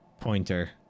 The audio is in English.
Pointer